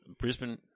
Brisbane